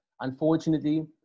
unfortunately